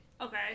Okay